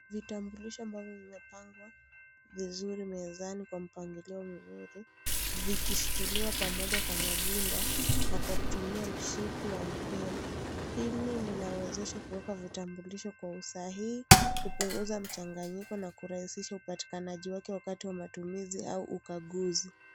Vitambulisho ambavyo vimepangwa vizuri mezani kwa mpangilio mzuri. Zikishikiliwa pamoja kwa mabunda na kwa kutumia mshipi wa mpira. Hili linawezesha kuweka vitambulisho kwa usahihi, kupunguza mchanganyiko na kurahisisha upatikanaji wake wakati wa matumizi au ukaguzi.